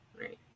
right